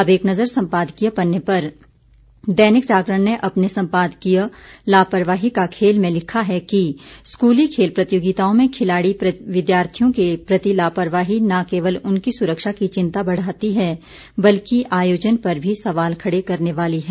अब एक नज़र सम्पादकीय पन्ने पर दैनिक जागरण ने अपने सम्पादकीय लापरवाही का खेल में लिखा है कि स्कूली खेल प्रतियोगिताओं में खिलाड़ी विद्यार्थियों के प्रति लापरवाही न केवल उनकी सुरक्षा की चिंता बढ़ाती है बल्कि आयोजन पर भी सवाल खड़े करने वाली है